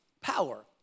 power